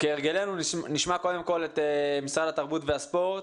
כהרגלנו נשמע קודם כל את משרד התרבות והספורט.